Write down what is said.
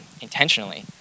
intentionally